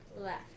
Left